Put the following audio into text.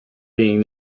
being